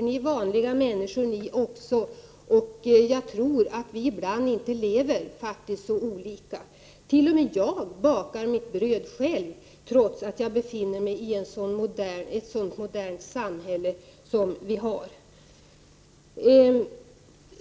Ni är vanliga människor ni också, och jag tror att vi nog inte lever så olika. T.o.m. jag bakar mitt bröd själv, trots att jag befinner mig i ett sådant modernt samhälle som vi har.